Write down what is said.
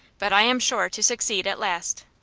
but i am sure to succeed at last.